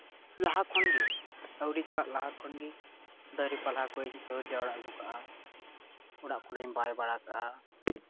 ᱞᱟᱦᱟ ᱠᱷᱚᱱᱜᱮ ᱟᱹᱣᱨᱤ ᱪᱟᱞᱟᱜ ᱞᱟᱦᱟ ᱠᱷᱚᱱᱜᱮ ᱫᱟᱨᱮ ᱯᱟᱦᱞᱟ ᱠᱩᱡ ᱦᱟᱹᱨ ᱡᱟᱣᱨᱟ ᱟᱹᱜᱩ ᱠᱟᱜᱼᱟ ᱚᱲᱟᱜ ᱠᱚᱨᱮᱧ ᱵᱟᱭ ᱵᱟᱲᱟ ᱠᱟᱜᱼᱟ